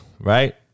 right